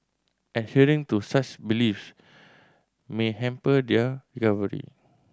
adhering to such belief may hamper their recovery